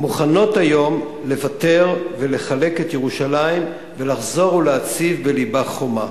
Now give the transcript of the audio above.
מוכנות היום לוותר ולחלק את ירושלים ולחזור ולהציב בלבה חומה.